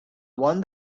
one